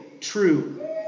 true